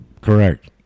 Correct